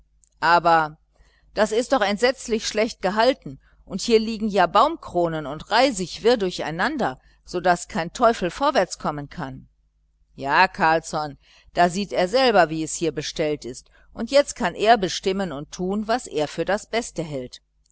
aber das ist doch entsetzlich schlecht gehalten und hier liegen ja baumkronen und reisig wirr durcheinander so daß kein teufel vorwärts kommen kann ja carlsson da sieht er selber wie es hier bestellt ist und jetzt kann er bestimmen und tun was er für das beste hält